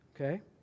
Okay